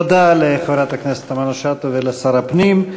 תודה לחברת הכנסת תמנו-שטה ולשר הפנים.